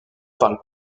parle